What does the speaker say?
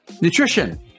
Nutrition